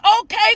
okay